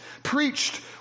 preached